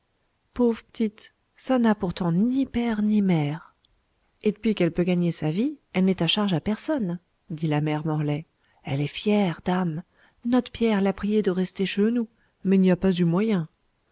pauv'p'tite ça n'a pourtant ni père ni mère et d'puis qu'elle peut gagner sa vie elle n'est à charge à personne dit la mère morlaix elle est fière dame not'pierre l'a priée de rester cheux nous mais n'y a pas eu moyen